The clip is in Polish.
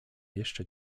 jeszcze